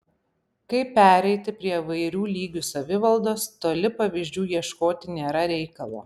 kaip pereiti prie įvairių lygių savivaldos toli pavyzdžių ieškoti nėra reikalo